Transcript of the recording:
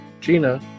Gina